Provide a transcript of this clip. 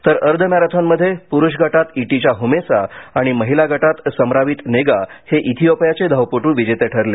तर अर्ध मॅरेथॉनमध्ये पुरुष गटात ईटिचा हुमेसा आणि महीला गटात समरावित नेगा हे धियोपियाचे धावपटु विजेते ठरले